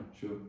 Sure